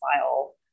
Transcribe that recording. file